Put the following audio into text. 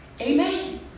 Amen